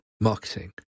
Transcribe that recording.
marketing